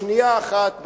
בשנייה אחת,